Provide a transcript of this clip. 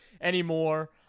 anymore